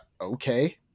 Okay